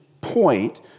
point